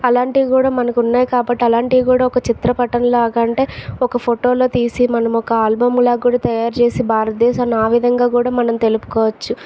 అలాంటివి కూడ మనకు ఉన్నాయి కాబట్టి అలాంటివి కూడ ఒక చిత్రపటం లాగా అంటే ఒక ఫోటో లో తీసి మనము ఒక ఆల్బమ్ లాగా కూడా తయారు చేసి భారతదేశాన్ని ఆ విధంగా కూడా మనం తెలుపుకోవచ్చు